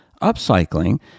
Upcycling